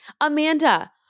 Amanda